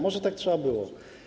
Może tak trzeba było.